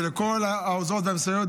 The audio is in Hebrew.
ולכל העוזרות והמסייעות,